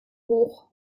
hoch